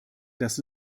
dass